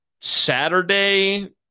Saturday